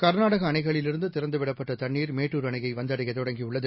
கர்நாடகஅணைகளிலிருந்துதிறந்துவிடப்பட்டதண்ணீர் Mettur அணையைவந்தடையதொடங்கியுள்ளது